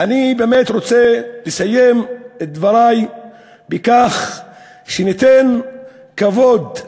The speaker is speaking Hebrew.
אני באמת רוצה לסיים את דברי בכך שניתן כבוד,